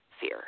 fear